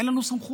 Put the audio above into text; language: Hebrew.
אין לנו סמכות,